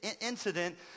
incident